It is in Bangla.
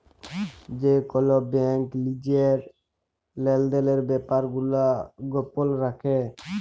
যে কল ব্যাংক লিজের লেলদেলের ব্যাপার গুলা গপল রাখে